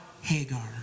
Hagar